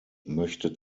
möchte